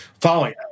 following